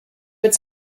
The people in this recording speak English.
it’s